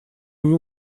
ему